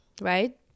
right